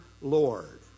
Lord